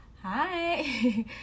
Hi